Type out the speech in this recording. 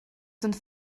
sind